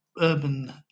Urban